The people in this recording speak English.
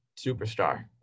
superstar